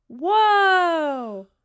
Whoa